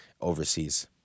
overseas